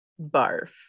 Barf